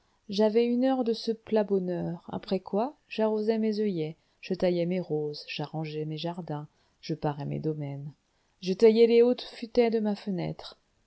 j'avais une heure de ce plat bonheur après quoi j'arrosais mes oeillets je taillais mes roses j'arrangeais mes jardins je parais mes domaines je taillais les hautes futaies de ma fenêtre